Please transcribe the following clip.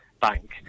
bank